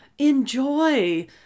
Enjoy